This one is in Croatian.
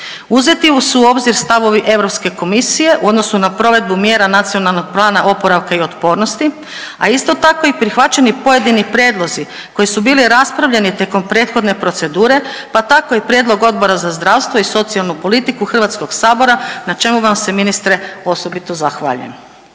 Uzeti su u obzir stavovi Europske komisije u odnosu na provedbu mjera Nacionalnog plana oporavka i otpornosti, a isto tako, prihvaćeni pojedini prijedlozi koji su bili raspravljeni tijekom prethodne procedure, pa tako i prijedlog Odbora za zdravstvo i socijalnu politiku HS-a na čemu vam se, ministre, osobito zahvaljujem.